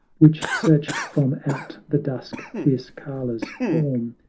which searched from out the dusk fierce kala's form,